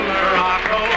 Morocco